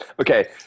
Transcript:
Okay